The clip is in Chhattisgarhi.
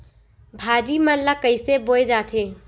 भाजी मन ला कइसे बोए जाथे?